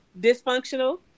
dysfunctional